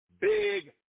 Big